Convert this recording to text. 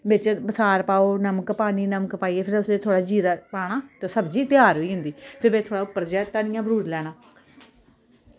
बिच बसार पाओ नमक पानी नमक पाइयै फिर उस्सी थोह्ड़ा जीरा पाना ते सब्जी त्यार होई जंदी ते फिर बिच उप्पर जेहा धनिया भरूड़ी लैना